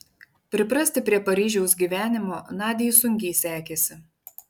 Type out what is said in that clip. priprasti prie paryžiaus gyvenimo nadiai sunkiai sekėsi